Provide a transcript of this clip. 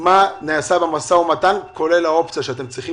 מה נעשה במשא ומתן כולל האופציה שאתם צריכים